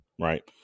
Right